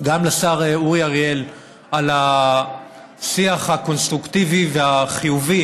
לשר אורי אריאל על השיח הקונסטרוקטיבי והחיובי